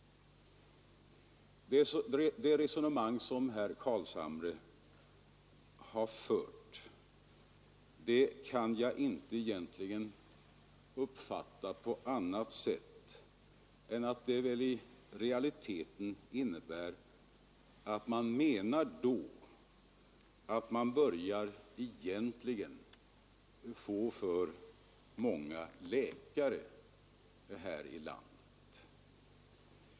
Det resonemang som herr Carlshamre här förde kan jag egentligen inte uppfatta på annat sätt än att det i realiteten innebär att han anser att vi börjar få för många läkare här i landet.